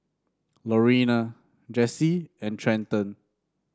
Lorena Jessi and Trenton